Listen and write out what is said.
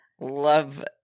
love